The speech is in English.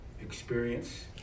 experience